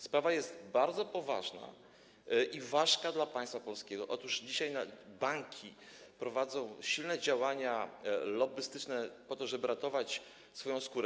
Sprawa jest bardzo poważna i ważka dla państwa polskiego, gdyż dzisiaj banki prowadzą silne działania lobbystyczne, aby ratować swoją skórę.